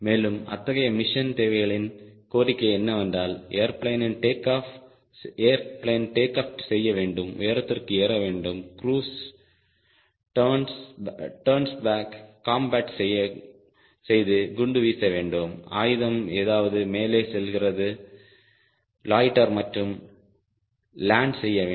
மேலும் அத்தகைய மிஷன் தேவைகளின் கோரிக்கை என்னவென்றால் ஏர்பிளேன் டேக் ஆஃப் செய்ய வேண்டும் உயரத்திற்கு ஏற வேண்டும் க்ரூஸ் டான்ஸ் பேக் காம்பேட் செய்து குண்டு வீச வேண்டும் ஆயுதம் ஏதாவது மேலே செல்கிறது லொய்ட்டர் மற்றும் லேண்ட் செய்ய வேண்டும்